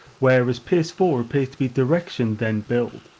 whereas p s four appears to be direction then build,